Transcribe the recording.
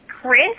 Chris